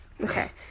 Okay